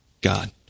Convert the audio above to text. God